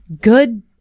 good